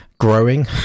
growing